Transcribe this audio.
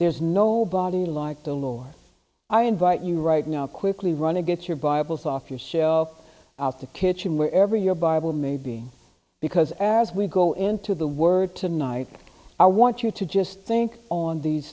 there's no body like the lord i invite you right now quickly run to get your bibles off your shelf out the kitchen wherever your bible may be because as we go into the word tonight i want you to just think on these